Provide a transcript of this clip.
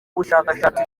bushakashatsi